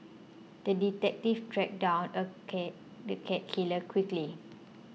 the detective tracked down the cat killer quickly